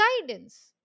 guidance